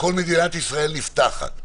כל מדינת ישראל נפתחת.